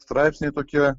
straipsniai tokie